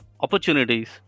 opportunities